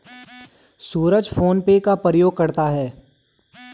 सूरज PhonePe का प्रयोग करता है